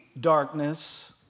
darkness